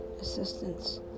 assistance